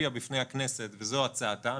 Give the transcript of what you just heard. הביאה בפני הכנסת וזו הצעתה,